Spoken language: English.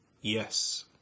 yes